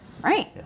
right